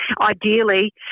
Ideally